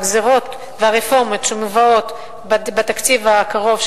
הגזירות והרפורמות שמובאות בתקציב הקרוב,